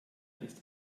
ist